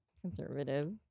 conservative